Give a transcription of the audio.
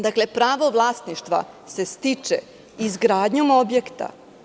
Dakle, pravo vlasništva se stiče izgradnjom objekta.